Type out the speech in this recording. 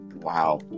Wow